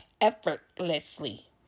Effortlessly